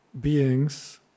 beings